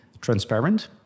transparent